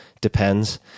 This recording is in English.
depends